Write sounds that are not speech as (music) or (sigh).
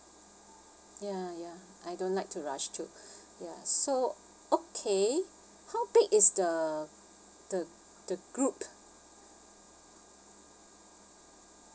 ya ya I don't like to rush too (breath) ya so okay how big is the the the group